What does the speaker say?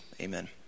amen